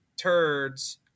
turds